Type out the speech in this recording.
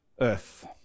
earth